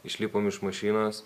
išlipom iš mašinos